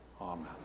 Amen